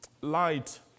light